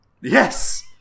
yes